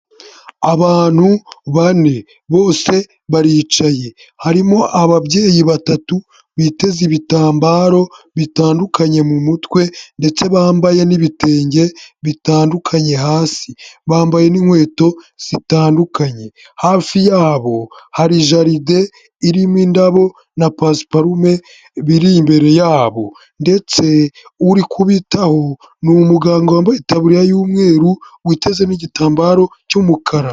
Abantu bane bose baricaye harimo ababyeyi batatu biteze ibitambaro bitandukanye mu mutwe ndetse bambaye n'ibitenge bitandukanye hasi bambaye n'inkweto zitandukanye, hafi yabo hari jaride irimo indabo na pasiparume biri imbere yabo ndetse urikubitaho ni umuganga wambaye itaburiya y'umweru witezemo n'igitambaro cy'umukara.